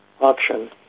auction